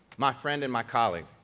my friend, and my colleague.